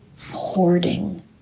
hoarding